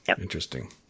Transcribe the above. Interesting